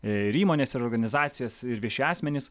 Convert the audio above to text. ir įmonės ir organizacijos ir vieši asmenys